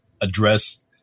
address